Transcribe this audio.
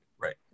right